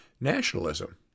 nationalism